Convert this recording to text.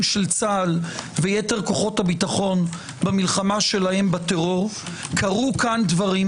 של צה"ל ויתר כוחות הביטחון במלחמה שלהם בטרור קרו כאן דברים